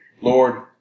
Lord